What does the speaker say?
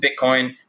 Bitcoin